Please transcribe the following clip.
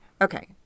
okay